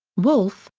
wolfe,